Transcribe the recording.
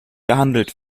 behandelt